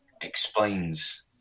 explains